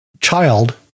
child